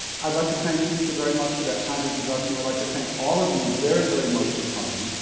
i'd like to thank teresa very much for that kind introduction. i'd like to thank all of you very, very much for coming.